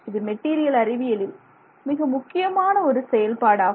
இது மெட்டீரியல் அறிவியலில் மிக முக்கியமான ஒரு செயல்பாடாகும்